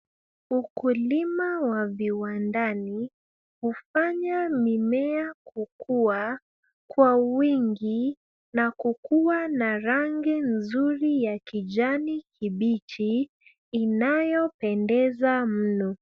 Ukulima wa viwandani hufanya mimea kukua kwa wingi na kukua na rangi nzuri ya kijani kibichi inayopendeza mno.